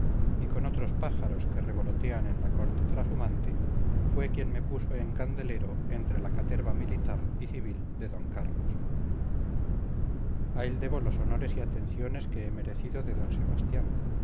y con otros pájaros que revolotean en la corte trashumante fue quien me puso en candelero entre la caterva militar y civil de d carlos a él debo los honores y atenciones que he merecido de d sebastián